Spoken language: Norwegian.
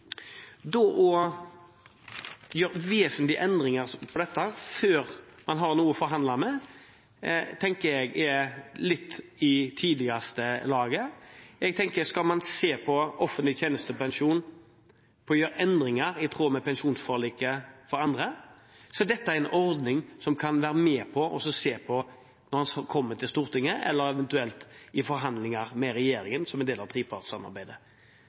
å gjøre vesentlige endringer på dette før man har noe å forhandle med. Skal man se på offentlig tjenestepensjon og på å gjøre endringer i tråd med pensjonsforliket for andre, er dette en ordning man kan være med på å se på når den kommer til Stortinget, eller eventuelt i forhandlinger med regjeringen som en del av trepartssamarbeidet.